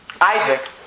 Isaac